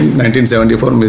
1974